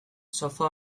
sofa